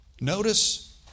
Notice